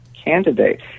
candidate